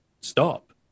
stop